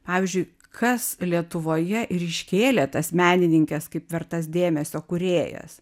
pavyzdžiui kas lietuvoje ir iškėlė tas menininkes kaip vertas dėmesio kūrėjas